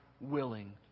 willing